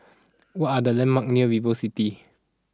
what are the landmarks near VivoCity